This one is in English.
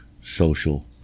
social